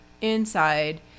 inside